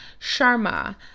Sharma